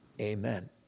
Amen